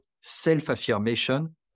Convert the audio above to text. self-affirmation